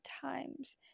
times